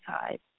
side